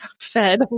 fed